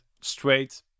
straight